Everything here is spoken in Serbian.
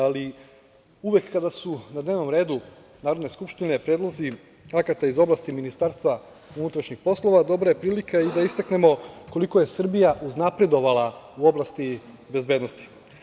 Ali, uvek kada su na dnevnom redu Narodne skupštine predlozi akata iz oblasti MUP-a, dobra je prilika i da istaknemo koliko je Srbija uznapredovala u oblasti bezbednosti.